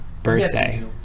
Birthday